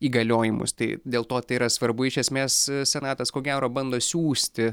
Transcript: įgaliojimus tai dėl to tai yra svarbu iš esmės senatas ko gero bando siųsti